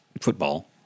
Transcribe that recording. football